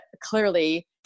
clearly